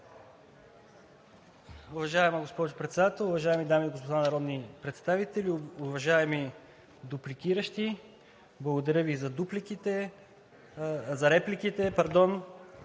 Уважаема госпожо Председател, уважаеми дами и господа народни представители! Уважаеми дупликиращи, благодаря Ви за дупликите